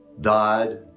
died